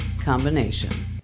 combination